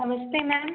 नमस्ते मैम